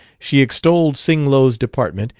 she extolled sing-lo's department,